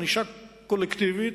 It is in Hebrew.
ענישה קולקטיבית.